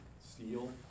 steel